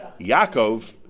Yaakov